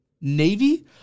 Navy